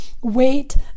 wait